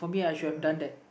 ya